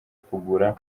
kugura